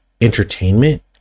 entertainment